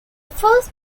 first